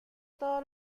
todo